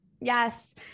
Yes